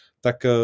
tak